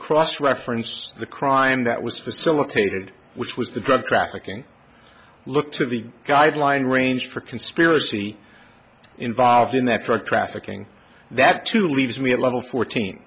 cross reference the crime that was facilitated which was the drug trafficking i look to the guideline range for conspiracy involved in that truck trafficking that too leaves me a little fourteen